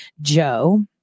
Joe